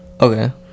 okay